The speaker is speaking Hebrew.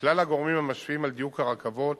כלל הגורמים המשפיעים על דיוק הרכבות